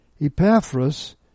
Epaphras